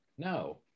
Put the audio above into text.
No